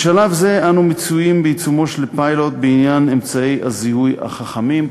בשלב זה אנו מצויים בעיצומו של פיילוט בעניין אמצעי הזיהוי החכמים,